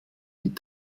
die